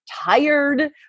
tired